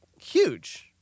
huge